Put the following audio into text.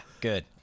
good